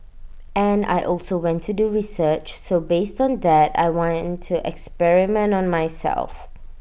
and I also went to do research so based on that I went to experiment on myself